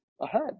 ahead